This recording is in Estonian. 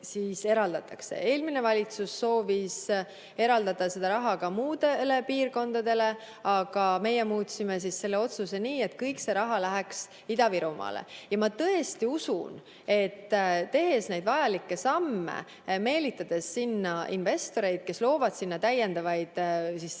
Eelmine valitsus soovis eraldada seda raha ka muudele piirkondadele, aga meie muutsime selle otsuse nii, et kõik see raha läheks Ida-Virumaale. Ja ma tõesti usun, et tehes neid vajalikke samme, meelitades sinna investoreid, kes loovad täiendavaid